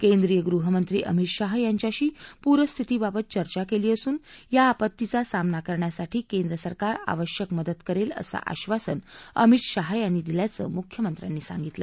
केंद्रीय गृहमंत्री अमित शाह यांच्याशी पूरस्थिती बाबत चर्चा केली असून या आपत्तीचा सामना करण्यासाठी केंद्र सरकार आवश्यक मदत करेल असं आश्वासन अमित शाह यांनी दिल्याचं मुख्यमंत्र्यांनी सांगितलं